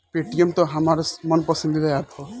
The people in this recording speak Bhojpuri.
पेटीएम त हमार मन पसंद ऐप ह